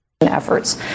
efforts